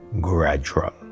gradual